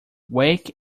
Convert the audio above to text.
wake